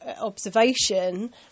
observation